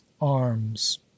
arms